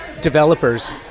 developers